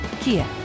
Kia